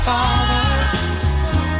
Father